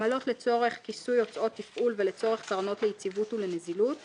עמלות לצורך כיסוי הוצאות תפעול ולצורך קרנות ליציבות ולנזילות מסוג,